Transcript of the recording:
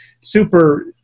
super